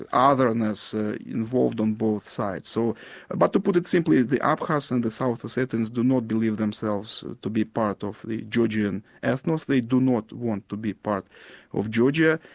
ah otherness involved on both sides. so but to put it simply, the abkhazs and the south ossetians do not believe themselves to be part of the georgian ethnos, they do not want to be part of georgia,